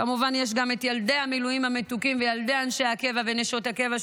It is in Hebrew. כמובן יש גם את ילדי המילואימניקים המתוקים וילדי אנשי הקבע ונשות הקבע,